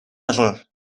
error